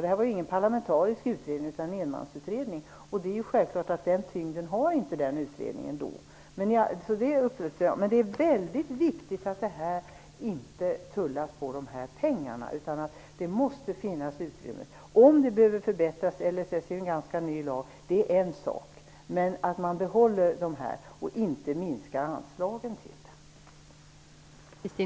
Det här var ju ingen parlamentarisk utredning utan en enmansutredning, och det är självklart att den utredningen inte har så stor tyngd. Men det är väldigt viktigt att man inte tullar på de här pengarna. Det är en sak att det måste finnas utrymme för förbättringar - LSS är ju en ganska ny lag. Men man får inte minska anslagen till